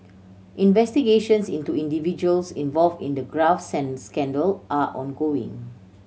investigations into individuals involved in the graft scandal are ongoing